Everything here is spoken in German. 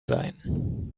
sein